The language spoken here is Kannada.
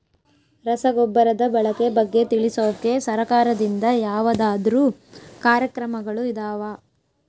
ರಸಗೊಬ್ಬರದ ಬಳಕೆ ಬಗ್ಗೆ ತಿಳಿಸೊಕೆ ಸರಕಾರದಿಂದ ಯಾವದಾದ್ರು ಕಾರ್ಯಕ್ರಮಗಳು ಇದಾವ?